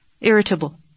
irritable